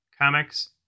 Comics